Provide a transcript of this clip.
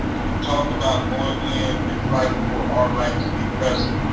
when we talk about going in and fighting for our right to be present.